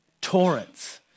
torrents